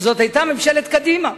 וזאת היתה ממשלת קדימה.